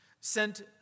sent